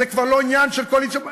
זה כבר לא עניין של קואליציה.